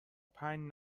پنج